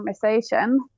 conversation